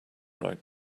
right